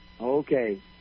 Okay